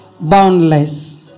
boundless